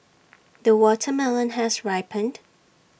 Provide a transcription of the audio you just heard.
the watermelon has ripened